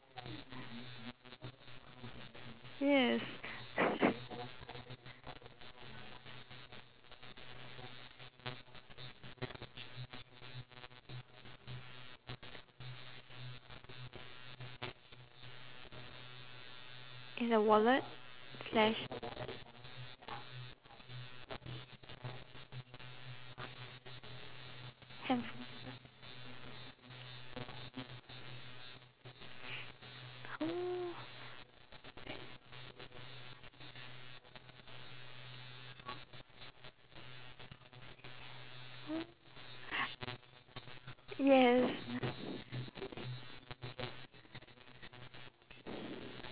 yes it's a wallet slash handph~ yes